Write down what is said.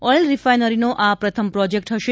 oil રિફાઈનરીનો આ પ્રથમ પ્રોજેકટ હશે